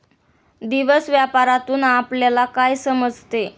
दिवस व्यापारातून आपल्यला काय समजते